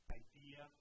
idea